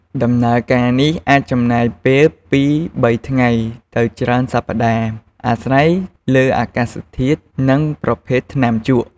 ដំណើរការនេះអាចចំណាយពេលពីរបីថ្ងៃទៅច្រើនសប្តាហ៍ អាស្រ័យលើអាកាសធាតុ និងប្រភេទថ្នាំជក់។